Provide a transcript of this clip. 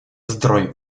zdroj